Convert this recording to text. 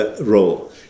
role